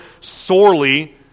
sorely